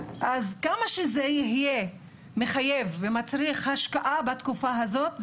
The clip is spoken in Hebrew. אז כמה שזה יהיה מחייב ומצריך השקעה בתקופה הזאת,